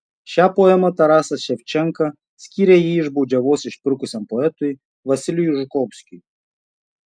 šią poemą tarasas ševčenka skyrė jį iš baudžiavos išpirkusiam poetui vasilijui žukovskiui